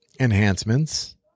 enhancements